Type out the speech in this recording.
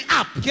up